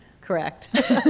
Correct